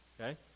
okay